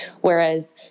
Whereas